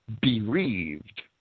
bereaved